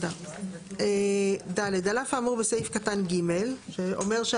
(ד) על